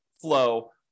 flow